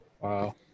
Wow